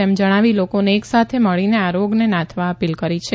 તેમ જણાવી લોકોને એક સાથે મળીને આ રોગને નાથવા અપીલ કરી છે